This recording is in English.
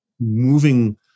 moving